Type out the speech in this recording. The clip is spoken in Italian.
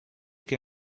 che